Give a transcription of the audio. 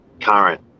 current